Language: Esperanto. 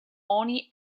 oni